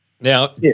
Now